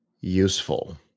useful